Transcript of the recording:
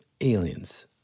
Aliens